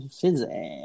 physics